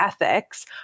ethics